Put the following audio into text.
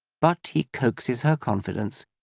but he coaxes her confidence,